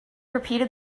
repeated